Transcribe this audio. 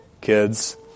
kids